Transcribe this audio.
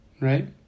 right